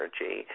energy